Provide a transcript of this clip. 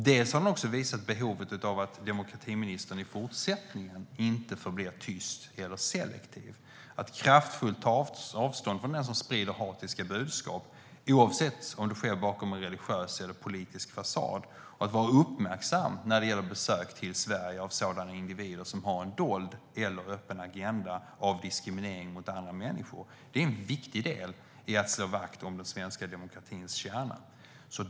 Diskussionen har också visat behovet av att demokratiministern i fortsättningen inte förblir tyst eller selektiv utan kraftfullt tar avstånd från den som sprider hatiska budskap, oavsett om det sker bakom en religiös eller politisk fasad, och att hon är uppmärksam när det gäller besök till Sverige av sådana individer som har en dold eller öppen agenda av diskriminering mot andra människor. Det är en viktig del i att slå vakt om den svenska demokratins kärna.